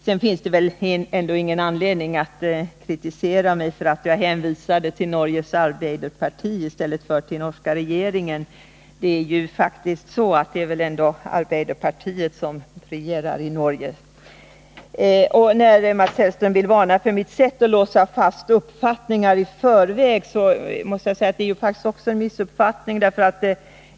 Sedan finns det väl ändå ingen anledning att kritisera mig för att jag hänvisade till Norges arbeiderparti i stället för till den norska regeringen. Det är ändå faktiskt så att det är arbeiderpartiet som regerar i Norge. Mats Hellström vill varna för mitt sätt att låsa fast uppfattningar i förväg. Jag måste säga att det också är en missuppfattning.